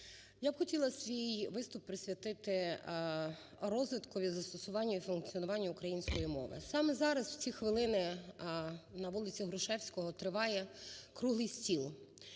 Я б хотіла свій виступ присвятити розвитку і застосуванню, і функціонуванню української мови. Саме зараз в ці хвилини на вулиці Грушевського триває круглий стіл.